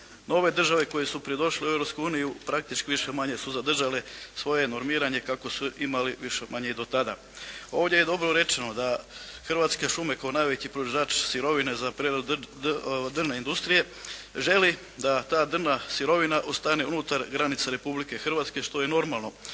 Nove države koje su pridošle u Europsku uniju praktični više-manje su zadržale svoje normiranje kakvo su imale više-manje i do tada. Ovdje je dobro rečeno da Hrvatske šume kao najveći proizvođač sirovine za preradu drvne industrije želi da ta drvna sirovina ostane unutar granica Republike Hrvatske što je normalno.